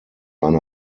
eine